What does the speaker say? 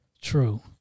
True